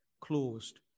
closed